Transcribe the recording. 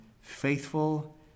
faithful